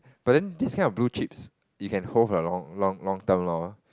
but then this kind of blue chips you can hold for a long long long term lor